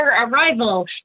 arrival